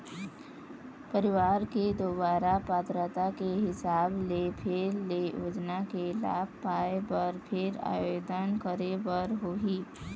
परवार के दुवारा पात्रता के हिसाब ले फेर ले योजना के लाभ पाए बर फेर आबेदन करे बर होही